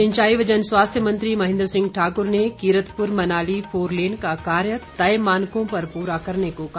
सिंचाई व जनस्वास्थ्य मंत्री महेन्द्र सिंह ठाकुर ने कीरतपुर मनाली फोरलेन का कार्य तय मानकों पर पूरा करने को कहा